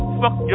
fuck